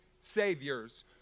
saviors